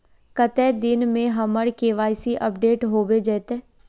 कते दिन में हमर के.वाई.सी अपडेट होबे जयते?